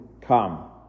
come